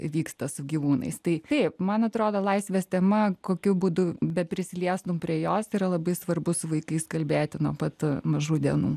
vyksta su gyvūnais tai taip man atrodo laisvės tema kokiu būdu beprisiliestum prie jos yra labai svarbu su vaikais kalbėti nuo pat mažų dienų